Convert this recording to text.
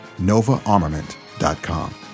NovaArmament.com